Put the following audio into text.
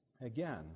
Again